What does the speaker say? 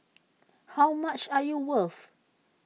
how much are you worth